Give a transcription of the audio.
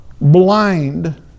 blind